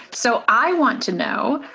so i want to know,